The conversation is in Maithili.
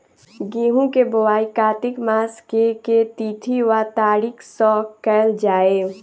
गेंहूँ केँ बोवाई कातिक मास केँ के तिथि वा तारीक सँ कैल जाए?